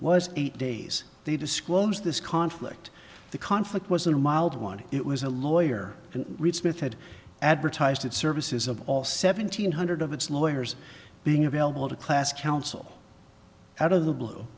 was eight days they disclosed this conflict the conflict was a mild one it was a lawyer and reed smith had advertised it services of all seven hundred of its lawyers being available to class counsel out of the